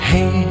Hey